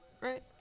right